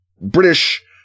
British